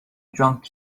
drunk